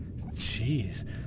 Jeez